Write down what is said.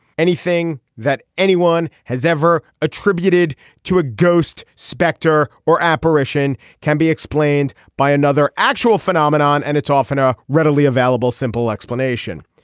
anything that anyone has ever attributed to a ghost spectre or apparition can be explained by another actual phenomenon and it's often a readily available simple explanation.